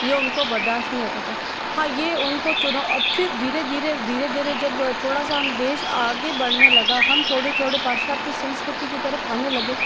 ये उनको बर्दाश नहीं होता था हाँ ये उनको चुनों और अब फिर धीरे धीरे धीरे धीरे जब फिर थोड़ा सा हम देश आगे बढ़ने लगा हम थोड़े थोड़े पाश्चात्य संस्कृति की तरफ आने लगे